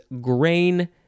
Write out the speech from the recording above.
grain